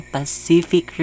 Pacific